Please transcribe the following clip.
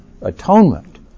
atonement